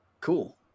Cool